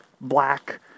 black